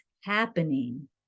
happening